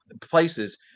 places